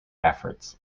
efforts